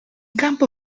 campo